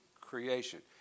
creation